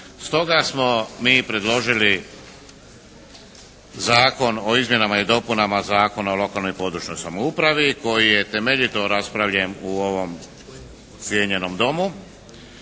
Stoga smo mi predložili Zakon o izmjenama i dopunama Zakona o lokalnoj i područnoj samoupravi koji je temeljito raspravljen u ovom cijenjenom Domu